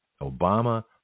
Obama